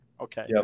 Okay